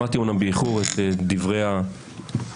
שמעתי אמנם באיחור את דברי החכמה.